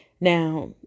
Now